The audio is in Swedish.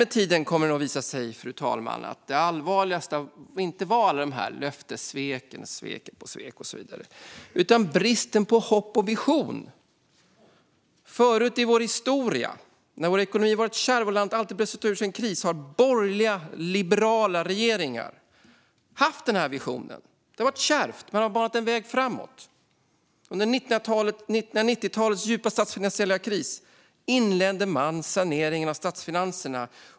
Med tiden kommer det dock att visa sig att det allvarligaste inte var alla löftessveken utan bristen på hopp och visioner. Förut, genom vår historia, när vår ekonomi har varit kärv och landet har behövt ta sig ur en kris har borgerliga, liberala regeringar haft visioner. Det har varit kärvt, men man har banat en väg framåt. Under 1990-talets djupa statsfinansiella kris inleddes saneringen av statsfinanserna.